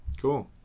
Cool